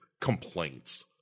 complaints